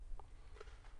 שנאמר בפרוטוקול.